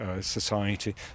society